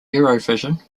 eurovision